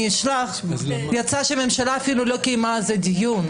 אני אשלח יצא שהממשלה אפילו לא קיימה על זה דיון.